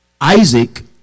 isaac